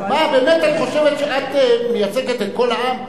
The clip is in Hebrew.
את באמת חושבת שאת מייצגת את כל העם?